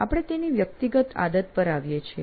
આપણે તેની વ્યક્તિગત આદત પર આવીએ છીએ